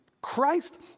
Christ